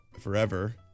forever